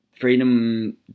freedom